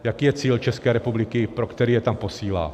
Jaký je cíl České republiky, pro který je tam posílá?